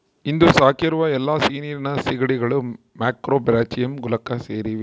ಇಂದು ಸಾಕಿರುವ ಎಲ್ಲಾ ಸಿಹಿನೀರಿನ ಸೀಗಡಿಗಳು ಮ್ಯಾಕ್ರೋಬ್ರಾಚಿಯಂ ಕುಲಕ್ಕೆ ಸೇರಿವೆ